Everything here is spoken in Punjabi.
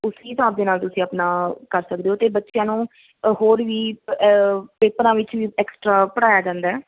ਉਸੀ ਹਿਸਾਬ ਦੇ ਨਾਲ ਤੁਸੀਂ ਆਪਣਾ ਕਰ ਸਕਦੇ ਹੋ ਅਤੇ ਬੱਚਿਆਂ ਨੂੰ ਹੋਰ ਵੀ ਪੇਪਰਾਂ ਵਿੱਚ ਵੀ ਐਕਸਟਰਾ ਪੜ੍ਹਾਇਆ ਜਾਂਦਾ